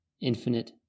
infinite